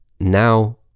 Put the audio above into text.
Now